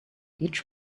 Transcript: each